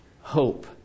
hope